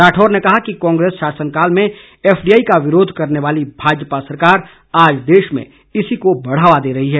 राठौर ने कहा कि कांग्रेस शासनकाल में एफडीआई का विरोध करने वाली भाजपा सरकार आज देश में इसी को बढ़ावा दे रही है